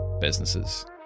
businesses